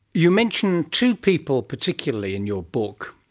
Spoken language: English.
you mentioned two people particularly in your book,